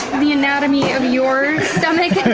the anatomy of your stomach